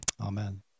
Amen